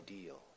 ideal